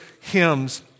hymns